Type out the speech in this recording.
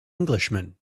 englishman